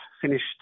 finished